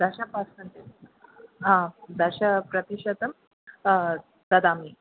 दश पर्सण्टेज् हा दश प्रतिशतं ददामि